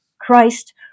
Christ